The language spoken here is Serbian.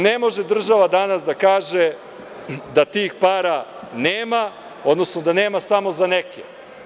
Ne može država danas da kaže da tih para nema, odnosno da nema samo za neke.